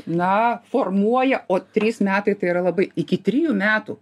na formuoja o trys metai tai yra labai iki trijų metų